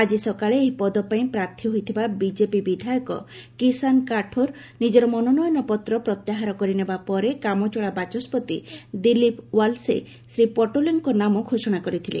ଆଜି ସକାଳେ ଏହି ପଦପାଇଁ ପ୍ରାର୍ଥୀ ହୋଇଥିବା ବିଜେପି ବିଧାୟକ କିଷାନ କାଠୋର୍ ନିଜର ମନୋନୟନ ପତ୍ର ପ୍ରତ୍ୟାହାର କରିନେବା ପରେ କମଚଳା ବାଚସ୍କତି ଦିଲ୍ଲୀପ ୱାଲ୍ସେ ଶ୍ରୀ ପଟୋଲ୍ଙ୍କ ନାମ ଘୋଷଣା କରିଥିଲେ